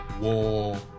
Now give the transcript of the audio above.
war